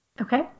Okay